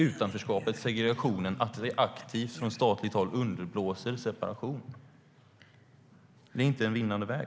Utanförskap, segregation och att vi aktivt från statligt håll underblåser separation är inte en vinnande väg.